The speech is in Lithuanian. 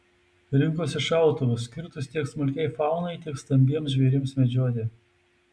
rinkosi šautuvus skirtus tiek smulkiai faunai tiek stambiems žvėrims medžioti